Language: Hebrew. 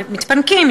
מתפנקים,